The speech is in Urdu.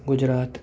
گجرات